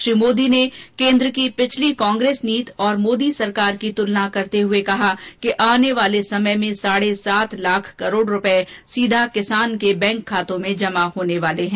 उन्होंने केन्द्र की पिछली कांग्रेस नीत और मोदी सरकार की तुलना करते हुए कहा कि आने वाले समय में साढे सात लाख करोड़ रूपए सीधा किसान के बैंक खातों में जमा होर्न वाले हैं